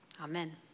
Amen